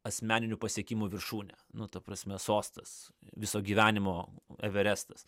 asmeninių pasiekimų viršūnė nu ta prasme sostas viso gyvenimo everestas